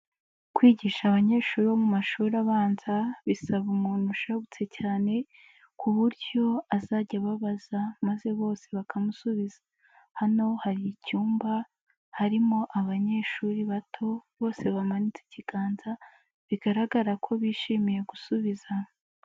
Kwigisha abanyeshuri bo mu mashuri abanza, bisaba umuntu ushabutse cyane ,ku buryo azajya ababaza maze bose bakamusubiza. Hano hari icyumba harimo abanyeshuri bato bose bamanitse ikiganza, bigaragara ko bishimiye gusubiza.